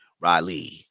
Riley